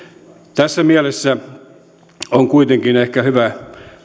tässä mielessä on kuitenkin ehkä hyvä